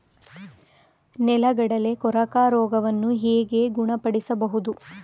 ನೆಲಗಡಲೆ ಕೊರಕ ರೋಗವನ್ನು ಹೇಗೆ ಗುಣಪಡಿಸಬಹುದು?